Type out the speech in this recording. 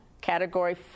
Category